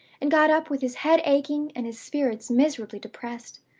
and got up with his head aching, and his spirits miserably depressed.